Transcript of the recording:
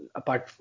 apart